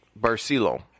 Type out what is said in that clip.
Barcelo